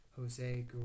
Jose